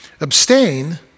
Abstain